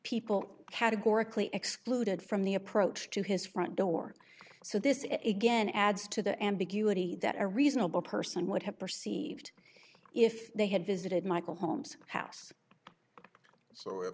people categorically excluded from the approach to his front door so this is again adds to the ambiguity that a reasonable person would have perceived if they had visited michael holmes house so i